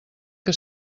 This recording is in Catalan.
que